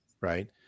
right